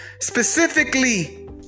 specifically